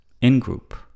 in-group